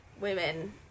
women